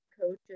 coaches